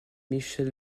michèle